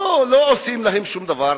לא עושים להם שום דבר,